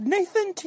Nathan